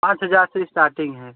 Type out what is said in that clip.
पाँच हज़ार से इस्टार्टिंग है